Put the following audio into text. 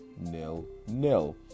nil-nil